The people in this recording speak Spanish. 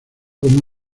como